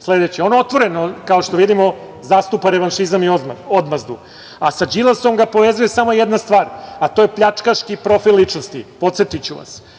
sledeći, on otvoreno kao što vidimo zastupa revanšizam i odmazdu, a sa Đilasom ga povezuje samo jedna stvar, a to je pljačkaški profil ličnosti. Podsetiću vas,